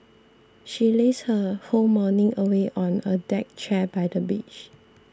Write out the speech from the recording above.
she lazed her whole morning away on a deck chair by the beach